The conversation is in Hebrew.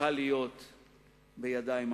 צריכה להיות בידיים אחרות.